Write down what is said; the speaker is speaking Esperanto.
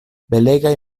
belegaj